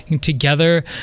together